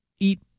Eat